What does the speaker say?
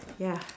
ya